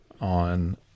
on